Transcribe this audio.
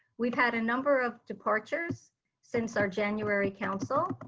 we had a number of departures since our january council.